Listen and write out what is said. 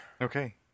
Okay